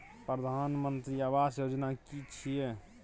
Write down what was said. प्रधानमंत्री आवास योजना कि छिए?